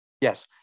yes